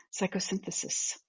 psychosynthesis